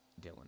Dylan